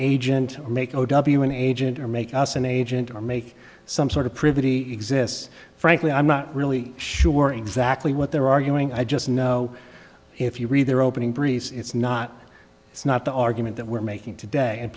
agent make o w an agent or make us an agent or make some sort of privy exists frankly i'm not really sure exactly what they're arguing i just know if you read their opening briefs it's not it's not the argument that we're making today and